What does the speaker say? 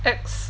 X